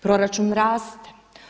Proračun raste.